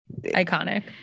iconic